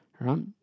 right